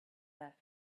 left